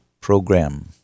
Program